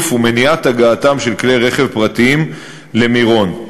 ומניעת הגעתם של כלי רכב פרטיים למירון,